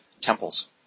temples